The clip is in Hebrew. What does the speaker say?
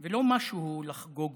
זה לא משהו לחגוג אותו.